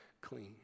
clean